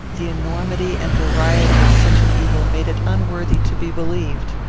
the enormity and variety of such an evil made it unworthy to be believed.